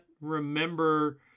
remember